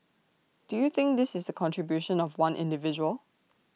do you think this is the contribution of one individual